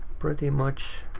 pretty much.